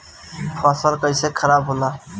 फसल कैसे खाराब होला?